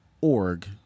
org